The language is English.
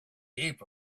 heap